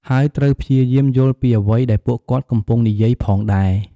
ហើយត្រូវព្យាយាមយល់ពីអ្វីដែលពួកគាត់កំពុងនិយាយផងដែរ។